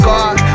God